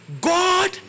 God